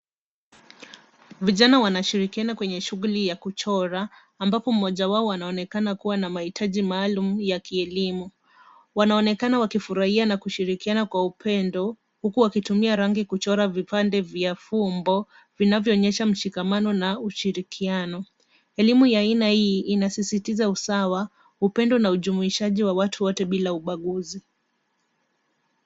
Vijana wanashirikiana kwenye shughuli ya kuchora ambapo mmoja wao anaonekana kuwa na mahitaji maalum ya kielimu. Wanaonekana wakifurahia na kushirikiana kwa upendo huku wakitumia rangi kuchora vipande vya fumbo, vinavyoonyesha mshikamano na ushirikiano. Elimu ya aina hii inasisitiza usawa, upendo na ujumuishaji wa watu wote bila ubaguzi.